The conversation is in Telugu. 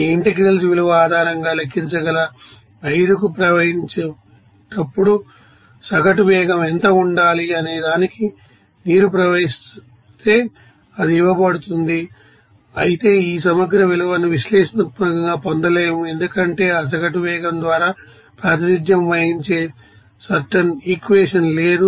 ఈ ఇంటెగ్రల్స్ విలువ ఆధారంగా లెక్కించగల 5కు ప్రవహించే ప్పుడు సగటు వేగం ఎంత ఉండాలి అనే దానికి నీరు ప్రవహిస్తే అది ఇవ్వబడుతుంది అయితే ఈ సమగ్ర విలువను విశ్లేషణాత్మకంగా పొందలేము ఎందుకంటే ఆ సగటు వేగం ద్వారా ప్రాతినిధ్యం వహించే సర్టెన్ ఇక్వేషన్ లేదు